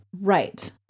Right